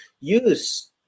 use